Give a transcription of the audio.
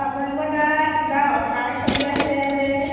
আপোনালোকৰ তাত কিবা অফাৰ চলি আছে বোলে